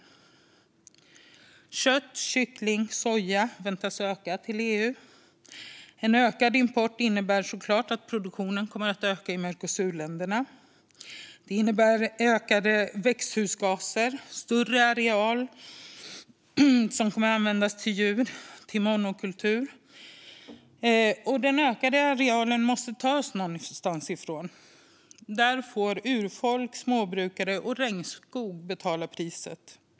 Importen av kött, kyckling och soja till EU väntas öka. En ökad import innebär så klart att produktionen kommer att öka i Mercosurländerna, vilket innebär att växthusgaser ökar och att större areal används till djur, till monokultur. Den ökade arealen måste ju tas någonstans ifrån. Här får urfolk, småbrukare och regnskog betala priset.